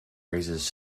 raises